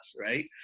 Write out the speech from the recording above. right